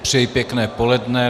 Přeji pěkné poledne.